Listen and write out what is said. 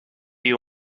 you